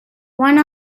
one